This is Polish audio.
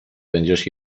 będziesz